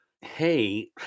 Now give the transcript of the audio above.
hey